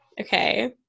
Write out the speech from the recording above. okay